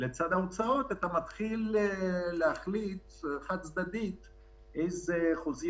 אתה מתחיל להחליט חד-צדדית איזה חוזים